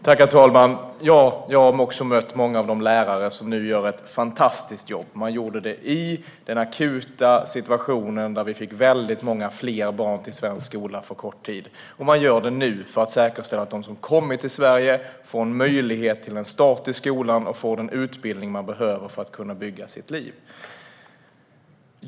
Herr talman! Jag har också mött många av de lärare som nu gör ett fantastiskt jobb. De gjorde det i den akuta situationen, där vi fick väldigt många fler barn till svensk skola på kort tid, och de gör det nu för att säkerställa att de som har kommit till Sverige får en möjlighet till en start i skolan och den utbildning de behöver för att kunna bygga sina liv.